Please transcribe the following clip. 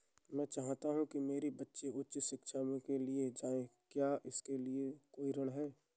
मैं चाहता हूँ कि मेरे बच्चे उच्च शिक्षा के लिए जाएं क्या इसके लिए कोई ऋण है?